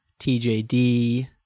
TJD